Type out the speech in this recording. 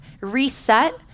reset